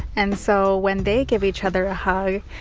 and so when they give each other a hug,